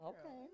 Okay